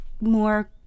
more